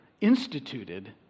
instituted